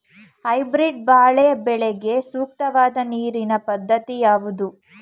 Hybrid ಬಾಳೆ ಬೆಳೆಗೆ ಸೂಕ್ತವಾದ ನೀರಿನ ಪದ್ಧತಿ ಯಾವುದು?